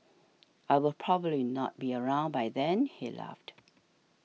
I will probably not be around by then he laughed